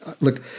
look